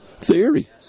theory